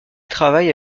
travaille